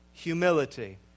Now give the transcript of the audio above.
Humility